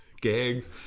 gags